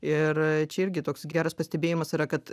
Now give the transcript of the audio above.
ir čia irgi toks geras pastebėjimas yra kad